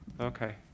Okay